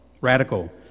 Radical